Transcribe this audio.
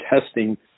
testing